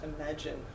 imagine